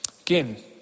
Again